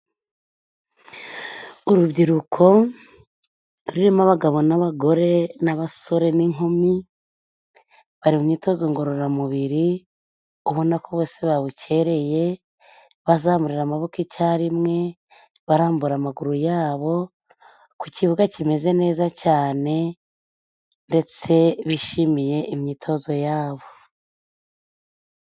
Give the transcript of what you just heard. Urubyiruko rurimo: Abagabo n'abagore n'abasore n'inkumi, bari mu myitozo ngororamubiri ubona ko bose babukereye. Bazamurira amaboko icyarimwe, barambura amaguru yabo, ku kibuga kimeze neza cyane, ndetse bishimiye imyitozo yabo.